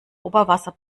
oberwasser